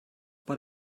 but